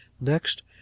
Next